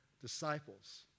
disciples